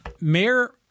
Mayor